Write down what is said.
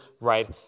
right